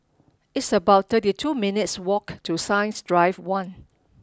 it's about thirty two minutes' walk to Science Drive One